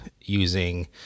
using